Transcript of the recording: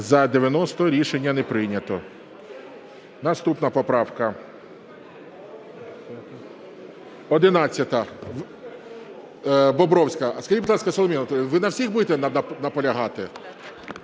За-90 Рішення не прийнято.